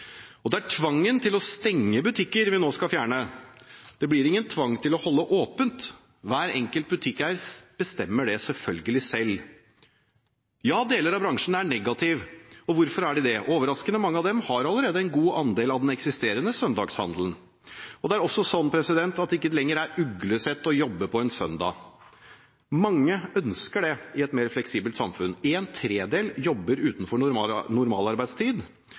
tvangen til å stenge butikkene vi nå skal fjerne. Det blir ingen tvang til å holde åpent – hver enkelt butikkeier bestemmer selvfølgelig det selv. Ja, deler av bransjen er negativ. Hvorfor er de det? Overraskende mange av dem har allerede en god andel av den eksisterende søndagshandelen. Det er også slik at det ikke lenger er uglesett å jobbe på en søndag. Mange ønsker det i et mer fleksibelt samfunn. En tredel jobber utenfor